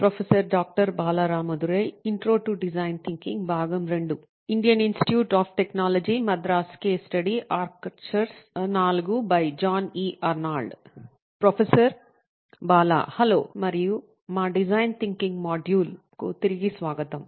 professor Bala hello మరియు మా design thinking మాడ్యూళ్ళకు తిరిగి స్వాగతం